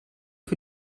für